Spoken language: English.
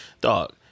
Dog